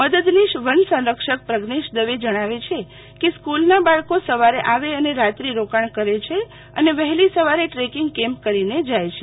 મદદનીશ વન સંરક્ષક પ્રજ્ઞેશ દવે જણાવે છે કે સ્કુલના બાળકો સવારે આવે અને રાત્રી રોકાણ કરે છે અને વહેલી સવારે ટ્રેકિંગ કેમ્પ કરીને જાય છે